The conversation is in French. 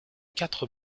quatre